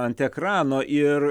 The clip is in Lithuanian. ant ekrano ir